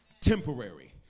Temporary